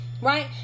right